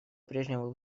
прежнему